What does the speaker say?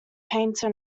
painter